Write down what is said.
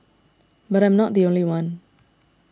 but I'm not the only one